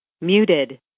Muted